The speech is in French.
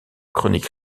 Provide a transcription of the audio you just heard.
chronique